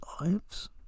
lives